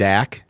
Dak